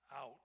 out